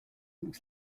looks